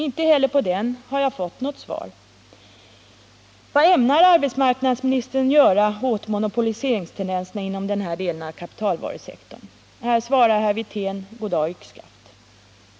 Inte heller på den har jag fått något svar. Vad ämnar arbetsmarknadsministern göra åt monopoliseringstendenserna inom denna del av kapitalvarusektorn? Här svarar herr Wirtén: Goddag — yxskaft.